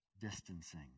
distancing